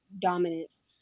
dominance